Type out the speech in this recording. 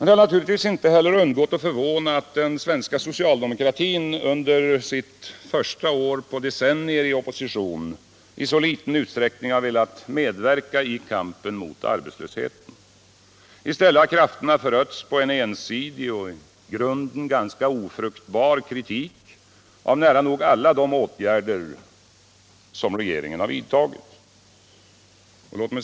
Det har naturligtvis inte heller undgått att förvåna, att den svenska socialdemokratin under sitt första år på decennier i opposition i så liten utsträckning velat medverka i kampen mot arbetslösheten. I stället har krafterna förötts på en ensidig och i grunden ganska ofruktbar kritik av nära nog alla de åtgärder som regeringen har vidtagit.